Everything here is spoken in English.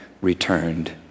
returned